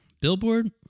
Billboard